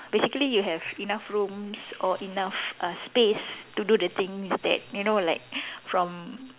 basically you have enough rooms or enough uh space to do the things that you know like from